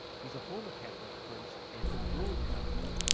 he's a former catholic priest and a broadcaster.